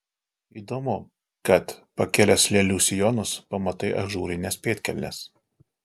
įdomu kad pakėlęs lėlių sijonus pamatai ažūrines pėdkelnes